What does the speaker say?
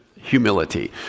humility